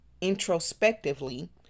introspectively